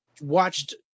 watched